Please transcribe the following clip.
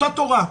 אותה תורה,